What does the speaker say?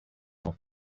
not